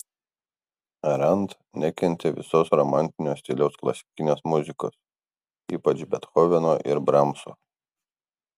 rand nekentė visos romantinio stiliaus klasikinės muzikos ypač bethoveno ir bramso